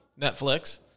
Netflix